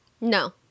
No